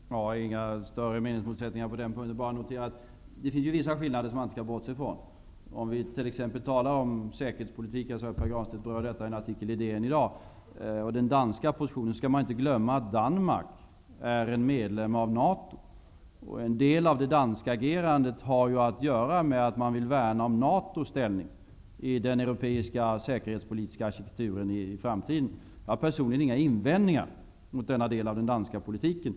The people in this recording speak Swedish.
Herr talman! Det finns inga större meningsmotsättningar på den punkten. Jag vill bara notera att det finns vissa skillnader som vi inte kan bortse från. Pär Granstedt berör i en artikel i DN i dag bl.a. den danska positionen och säkerhetspolitiken. Vi skall då inte glömma att Danmark är medlem i NATO. En del av det danska agerandet har att göra med att man vill värna om NATO:s ställning i den europeiska säkerhetspolitiska arkitekturen i framtiden. Personligen har jag inga invändningar mot denna del av den danska politiken.